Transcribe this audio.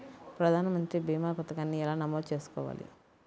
ప్రధాన మంత్రి భీమా పతకాన్ని ఎలా నమోదు చేసుకోవాలి?